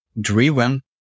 driven